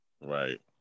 Right